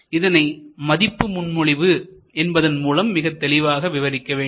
இதனை மதிப்பு முன்மொழிவு என்பதன் மூலம் மிகத் தெளிவாக விவரிக்க வேண்டும்